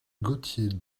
gaultier